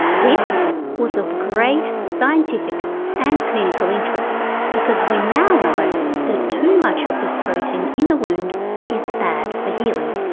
this was of great scientific and clinical interest because we now know that too much of this protein in the wound is bad for healing.